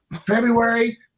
February